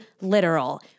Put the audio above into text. literal